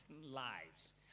lives